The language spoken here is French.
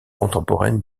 contemporaine